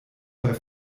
bei